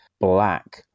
black